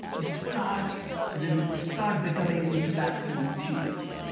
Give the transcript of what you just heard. is start start becoming intellectually curious.